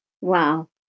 wow